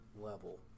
level